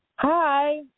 Hi